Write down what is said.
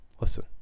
listen